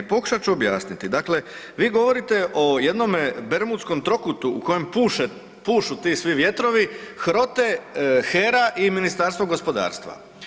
Pokušat ću objasniti, dakle vi govorite o jednome bermudskom trokutu u kojem puše, pušu ti svi vjetrovi, HROTE, HERA i Ministarstvo gospodarstva.